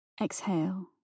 exhale